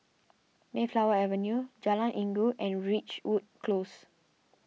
Mayflower Avenue Jalan Inggu and Ridgewood Close